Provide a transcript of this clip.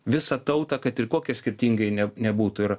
visą tautą kad ir kokia skirtinga ji ne nebūtų ir